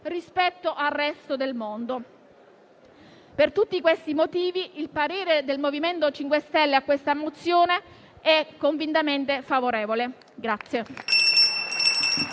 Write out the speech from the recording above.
rispetto al resto del mondo. Per tutti questi motivi, il voto del MoVimento 5 Stelle su questa mozione sarà convintamente favorevole.